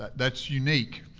that's unique,